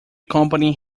company